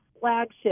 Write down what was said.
flagship